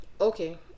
Okay